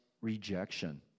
rejection